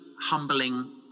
humbling